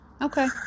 Okay